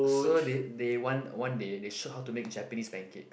so they they one one day they shoot how to make Japanese pancake